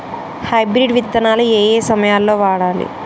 Hybrid విత్తనాలు ఏయే సమయాల్లో వాడాలి?